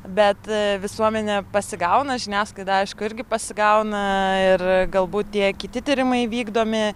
bet visuomenė pasigauna žiniasklaida aišku irgi pasigauna ir galbūt tie kiti tyrimai vykdomi